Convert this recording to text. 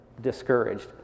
discouraged